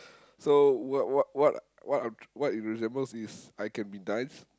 so what what what what what it resembles is I can be nice